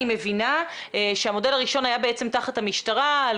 אני מבינה שהמודל הראשון היה תחת המשטרה על